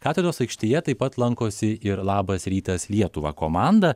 katedros aikštėje taip pat lankosi ir labas rytas lietuva komanda